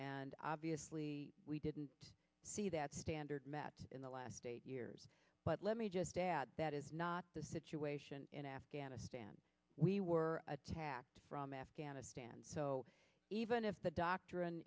and obviously we didn't see that standard met in the last eight years but let me just add that is not the situation in afghanistan we were attacked from afghanistan so even if the doctrine